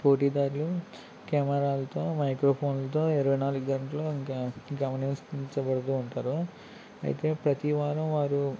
పోటీదారులు కెమెరాలతో మైక్రో ఫోన్లతో ఇరవై నాలుగు గంటలు ఇంక గమనించబడుతూ ఉంటారు అయితే ప్రతీవారం వారు